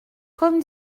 comme